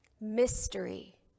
mystery